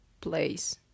place